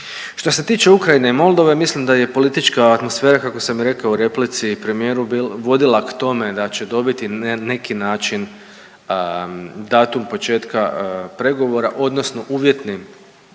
Što se tiče Ukrajine i Moldove, mislim da je politička atmosfera, kako sam rekao i u replici premijeru, vodila k tome da će dobiti na neki način datum početka pregovora, odnosno uvjetnim,